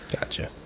Gotcha